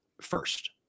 first